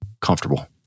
comfortable